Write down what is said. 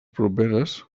properes